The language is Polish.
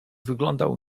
wyglądał